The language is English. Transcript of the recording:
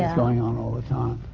going on all the time.